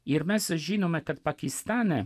ir mes žinome kad pakistane